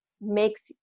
makes